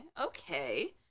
okay